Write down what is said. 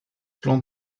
plan